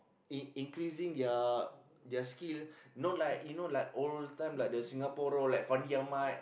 it increasing their their skill you know like you know like old time like the Singapore roar like Fandi-Ahmad